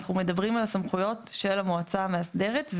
אנחנו מדברים על הסמכויות של המועצה המאסדרת,